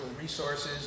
resources